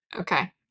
okay